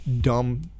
dumb